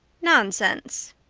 nonsense,